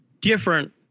different